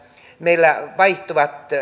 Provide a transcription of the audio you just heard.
meillä vaihtuvat